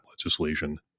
legislation